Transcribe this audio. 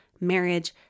marriage